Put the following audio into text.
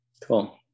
Cool